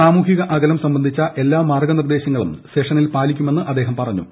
സാമൂഹിക അകലം സംബന്ധിച്ചുള്ള എല്ലാ മാർഗ്ഗ നിർദ്ദേശങ്ങളും സെഷനിൽ പാലിക്കു മെന്ന് അദ്ദേഹം പറഞ്ഞു